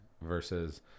versus